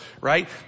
right